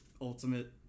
ultimate